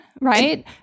Right